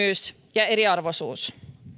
ja eriarvoisuus